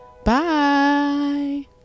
Bye